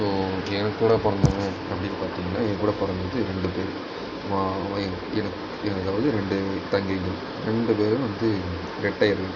so எனக்கு கூடப்பொறந்தவங்கள் அப்படின்னு பார்த்திங்கன்னா என் கூடப்பிறந்தது ரெண்டு பேர் என்னோடய வந்து ரெண்டு தங்கைகள் ரெண்டு பேரும் வந்து ரெட்டயர்கள்